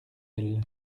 elle